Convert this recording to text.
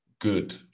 good